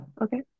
Okay